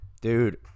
Dude